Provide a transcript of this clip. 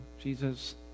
Jesus